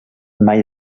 mai